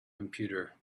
computer